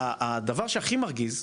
הדבר שהכי מרגיז,